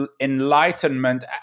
enlightenment